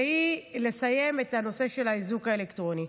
והיא לסיים את הנושא של האיזוק האלקטרוני.